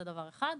זה דבר אחד.